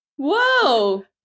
whoa